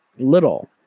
little